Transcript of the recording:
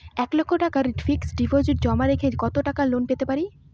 এক লক্ষ টাকার ফিক্সড ডিপোজিট জমা রেখে কত টাকা লোন পেতে পারি?